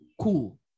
Cool